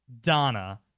Donna